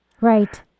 Right